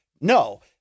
No